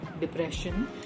depression